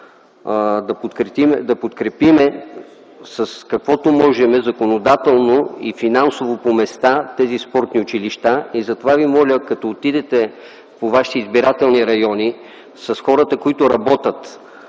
да подкрепим с каквото можем – законодателно и финансово, по места тези спортни училища. Затова ви моля, като отидете по вашите избирателни райони, с хората, които работят